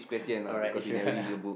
alright it should